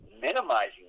minimizing